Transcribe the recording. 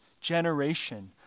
generation